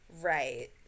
Right